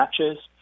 matches